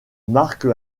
marque